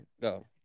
Go